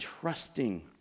trusting